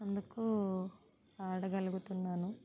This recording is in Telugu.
అందుకు పాడగలుగుతున్నాను